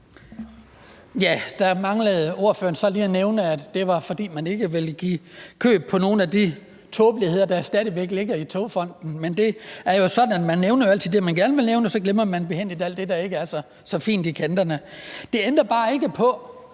Der manglede ordføreren så lige at nævne, at det var, fordi man ikke ville give opgive nogen af de tåbeligheder, der stadig væk ligger i Togfonden DK. Men det er jo sådan, at man altid nævner det, man gerne vil nævne, og så glemmer man behændigt alt det, der ikke er så fint i kanten. Det ændrer bare ikke på,